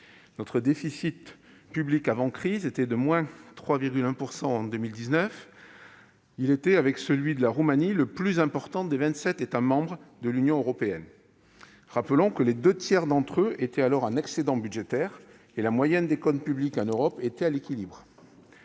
Notre déficit public avant-crise était de - 3,1 % en 2019 ; il était, avec celui de la Roumanie, le plus important des vingt-sept États membres de l'Union européenne. Les deux tiers des États membres étaient alors en excédent budgétaire et la moyenne des comptes publics en Europe était à l'équilibre.